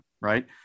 right